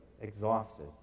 exhausted